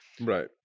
Right